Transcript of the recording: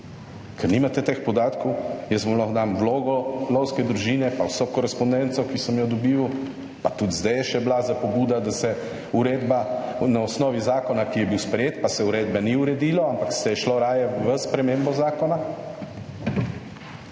ker nimate teh podatkov, jaz vam lahko dam vlogo lovske družine, pa vso korespondenco, ki sem jo dobival. Pa tudi zdaj je še bila za pobuda, da se uredba na osnovi zakona, ki je bil sprejet, pa se uredbe ni uredilo, ampak se je šlo raje v spremembo zakona.